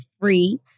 free